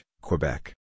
Quebec